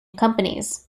companies